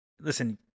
Listen